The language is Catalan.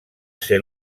ser